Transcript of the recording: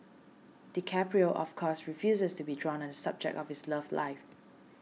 DiCaprio of course refuses to be drawn subject of his love life